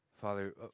Father